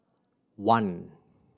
one